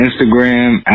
Instagram